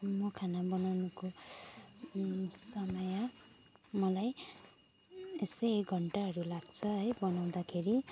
म खाना बनाउनुको समय मलाई यस्तै एक घण्टाहरू लाग्छ है बनाउँदाखेरि